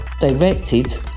directed